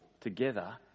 together